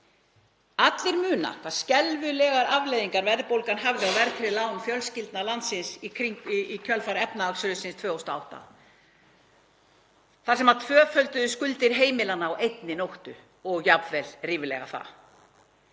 Allir muna hvaða skelfilegu afleiðingar verðbólgan hafði á verðtryggð lán fjölskyldna landsins í kjölfar efnahagshrunsins 2008. Þar tvöfölduðust skuldir heimilanna á einni nóttu og jafnvel ríflega það.